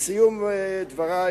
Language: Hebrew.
לסיום דברי,